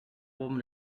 woman